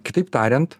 kitaip tariant